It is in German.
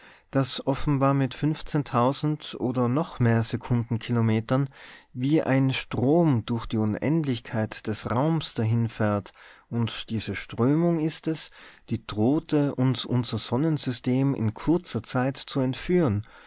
das offenbar mit oder noch mehr sekundenkilometern wie ein strom durch die unendlichkeit des raums dahinfährt und diese strömung ist es die drohte uns unser sonnensystem in kurzer zeit zu entführen